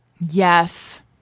Yes